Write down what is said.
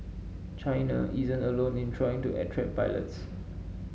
China isn't alone in trying to attract pilots